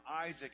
Isaac